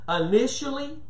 initially